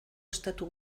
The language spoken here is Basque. estatu